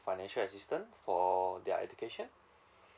financial assistance for their education